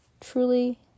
truly